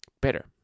better